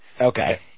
Okay